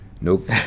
Nope